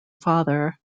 father